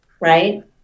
right